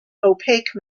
opaque